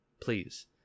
please